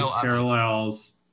parallels